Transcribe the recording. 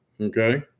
Okay